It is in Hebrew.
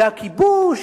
והכיבוש,